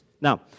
Now